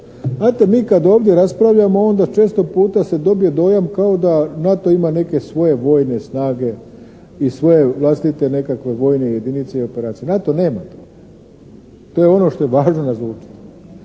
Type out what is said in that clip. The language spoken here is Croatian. Znate, mi kad ovdje raspravljamo onda često puta se dobije dojam kao da NATO ima neke svoje vojne snage i svoje vlastite nekakve vojne jedinice i operacije. NATO nema to. To je ono što je važno razlučiti.